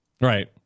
Right